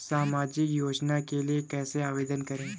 सामाजिक योजना के लिए कैसे आवेदन करें?